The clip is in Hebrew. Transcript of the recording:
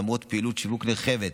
למרות פעילות שיווק נרחבת